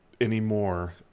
anymore